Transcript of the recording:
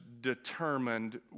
determined